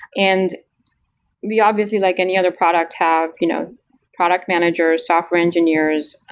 and we obviously, like any other product, have you know product managers, software engineers,